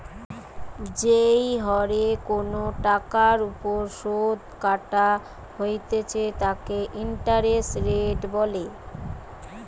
যেই হরে কোনো টাকার ওপর শুধ কাটা হইতেছে তাকে ইন্টারেস্ট রেট বলে